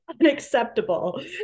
unacceptable